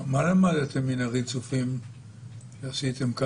מה למדתם מן הריצופים שעשיתם?